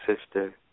sister